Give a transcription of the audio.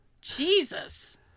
Jesus